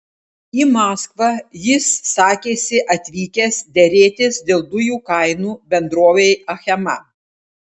į maskvą jis sakėsi atvykęs derėtis dėl dujų kainų bendrovei achema